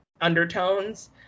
undertones